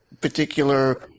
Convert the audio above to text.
particular